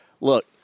look